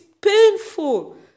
painful